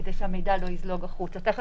כדי שהמידע לא ידלוף החוצה.